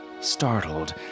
Startled